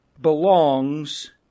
belongs